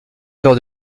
fleur